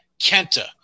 Kenta